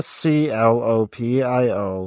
Sclopio